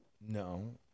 no